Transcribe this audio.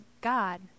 God